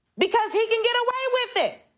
because he can get away with it.